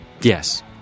Yes